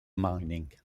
mining